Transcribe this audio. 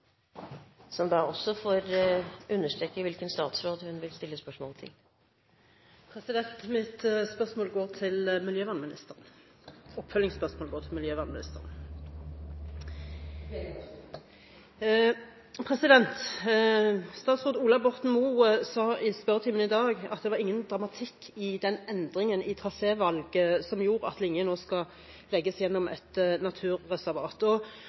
også får understreke hvilken statsråd hun vil stille spørsmålet til. Mitt oppfølgingsspørsmål går til miljøvernministeren. Statsråd Ola Borten Moe sa i spørretimen i dag at det var ingen dramatikk i den endringen i trasévalg som gjorde at linjen nå skal legges gjennom et naturreservat.